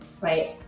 right